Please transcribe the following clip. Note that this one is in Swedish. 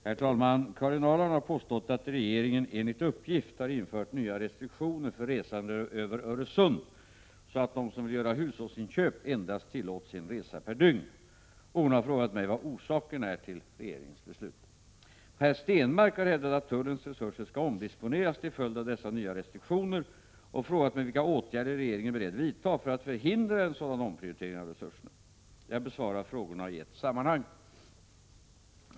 Herr talman! Karin Ahrland har påstått att regeringen enligt uppgift har infört nya restriktioner för resande över Öresund så att de som vill göra hushållsinköp endast tillåts en resa per dygn. Hon har frågat mig vad orsaken är till regeringens beslut. Per Stenmarck har hävdat att tullens resurser skall omdisponeras till följd av dessa nya restriktioner och frågat mig vilka åtgärder regeringen är beredd vidta för att förhindra en sådan omprioritering av resurserna. Jag besvarar frågorna i ett sammanhang.